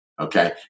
Okay